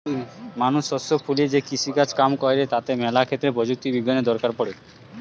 মানুষ শস্য ফলিয়ে যে কৃষিকাজ কাম কইরে তাতে ম্যালা ক্ষেত্রে প্রযুক্তি বিজ্ঞানের দরকার পড়ে